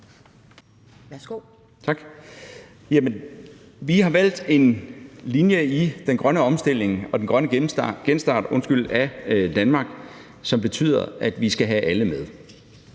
Tak. Jamen vi har valgt en linje i den grønne omstilling og den grønne genstart af Danmark, som betyder, at vi skal have alle med.